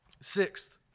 Sixth